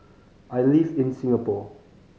I live in Singapore